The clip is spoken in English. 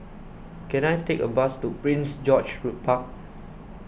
can I take a bus to Prince George's Park